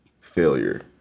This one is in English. failure